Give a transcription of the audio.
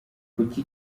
kuki